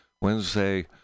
Wednesday